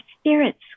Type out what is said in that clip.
spirits